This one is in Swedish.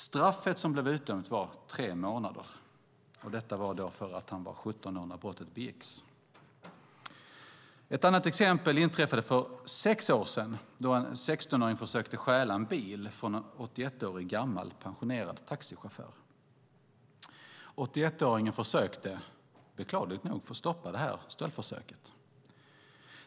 Straffet som blev utdömt var tre månader, och detta berodde på att han var 17 år när brottet begicks. Ett annat exempel inträffade för sex år sedan då en 16-åring försökte stjäla en bil från en 81 år gammal pensionerad taxichaufför. 81-åringen försökte, förklarligt nog, stoppa stöldförsöket.